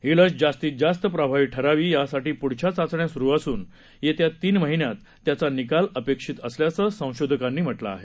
ही लस जास्तीत जास्त प्रभावी ठरावी यासाठी पुढच्या चाचण्या सुरु असून येत्या तीन महिन्यात त्याचा निकाल अपेक्षित असल्याचं संशोधकांनी म्हटलं आहे